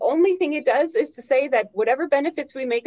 only thing it does is to say that whatever benefits we make